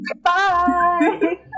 Bye